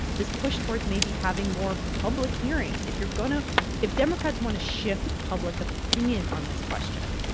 this push towards maybe having more public hearings. if you're going to if democrats want to shift public opinion on this question,